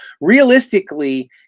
realistically